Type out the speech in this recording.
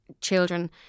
children